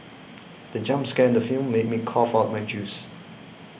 the jump scare in the film made me cough out my juice